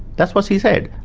that's what she said.